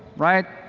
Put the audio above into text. right?